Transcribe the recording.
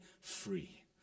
free